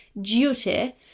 duty